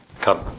come